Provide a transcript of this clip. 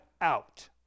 out